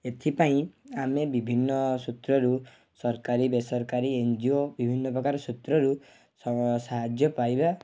ଏଥିପାଇଁ ଆମେ ବିଭିନ୍ନ ସୂତ୍ରରୁ ସରକାରୀ ବେସରକାରୀ ଏନ୍ ଜି ଓ ବିଭିନ୍ନ ପ୍ରକାର ସୂତ୍ରରୁ ସମ ସାହାଯ୍ୟ ପାଇବା